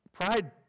Pride